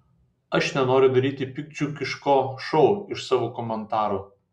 aš nenoriu daryti piktdžiugiško šou iš savo komentarų